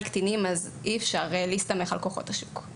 קטינים אי אפשר להסתמך על כוחות השוק,